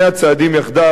שני הצעדים יחדיו,